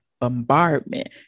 bombardment